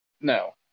No